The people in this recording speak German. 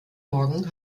morgen